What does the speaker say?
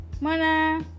Mana